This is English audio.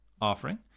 offering